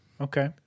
Okay